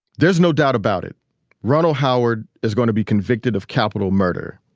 there's no doubt about it ronald howard is going to be convicted of capital murder,